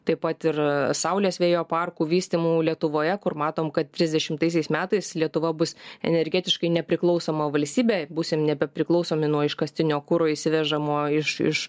taip pat ir saulės vėjo parkų vystymų lietuvoje kur matom kad trisdešimtaisiais metais lietuva bus energetiškai nepriklausoma valstybė būsim nebepriklausomi nuo iškastinio kuro įsivežamo iš iš